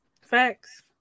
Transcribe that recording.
Facts